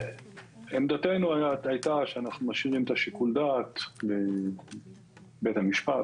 עמדתנו הייתה שאנחנו משאירים את שיקול הדעת לבית המשפט,